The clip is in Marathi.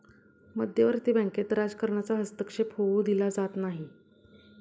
मध्यवर्ती बँकेत राजकारणाचा हस्तक्षेप होऊ दिला जात नाही